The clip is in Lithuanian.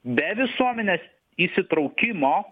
be visuomenės įsitraukimo